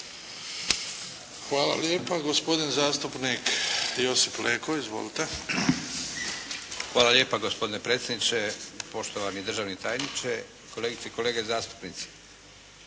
Hvala lijepa. Gospodin zastupnik Josip Leko. Izvolite. **Leko, Josip (SDP)** Hvala lijepo gospodine predsjedniče, poštovani državni tajniče, kolegice i kolege zastupnici.